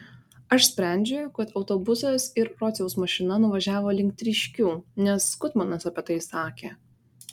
aš sprendžiu kad autobusas ir rociaus mašina nuvažiavo link tryškių nes gutmanas apie tai sakė